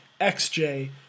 XJ